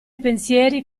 pensieri